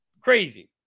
Crazy